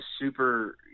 super